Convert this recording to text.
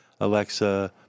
Alexa